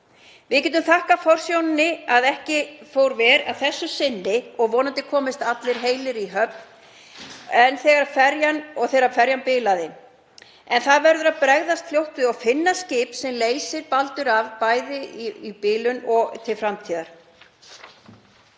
Við getum þakkað forsjóninni að ekki fór verr að þessu sinni og vonandi komust allir heilir í höfn þegar ferjan bilaði. En það verður að bregðast fljótt við og finna skip sem leysir Baldur af, bæði á meðan viðgerð